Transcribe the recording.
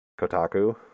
Kotaku